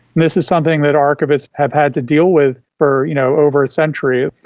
this is something that archivists have had to deal with for you know over a century.